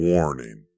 Warning